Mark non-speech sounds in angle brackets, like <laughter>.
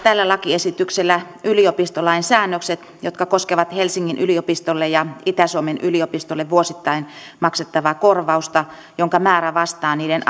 <unintelligible> tällä lakiesityksellä yliopistolain säännökset jotka koskevat helsingin yliopistolle ja itä suomen yliopistolle vuosittain maksettavaa korvausta jonka määrä vastaa niiden <unintelligible>